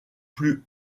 plus